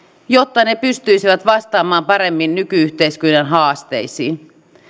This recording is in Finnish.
jotta ne ne pystyisivät vastaamaan paremmin nyky yhteiskunnan haasteisiin